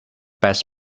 best